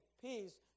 peace